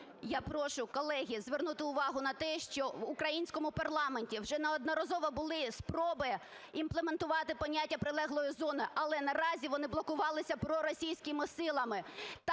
Я прошу, колеги, звернути увагу на те, що в українському парламенті вже неодноразово були спроби імплементувати поняття "прилеглої зони", але наразі вони блокувалися проросійськими силами.